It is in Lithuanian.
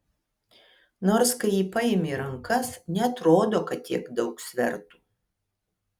nors kai jį paimi į rankas neatrodo kad tiek daug svertų